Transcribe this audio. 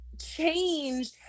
change